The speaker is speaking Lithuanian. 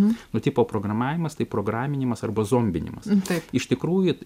nu tipo programavimas tai programinimas arba zombinimas iš tikrųjų